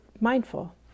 mindful